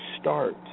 start